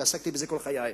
ועסקתי בזה כל חיי.